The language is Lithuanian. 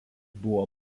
buvo